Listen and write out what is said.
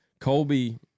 Colby